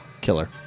Killer